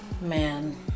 man